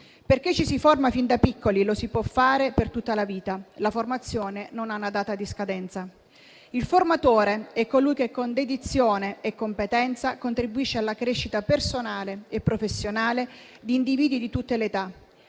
ci si forma fin da piccoli e lo si può fare per tutta la vita; la formazione non ha una data di scadenza. Il formatore è colui che, con dedizione e competenza, contribuisce alla crescita personale e professionale di individui di tutte le età.